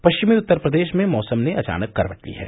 पश्चिमी उत्तर प्रदेश में मौसम ने अचानक करवट ली है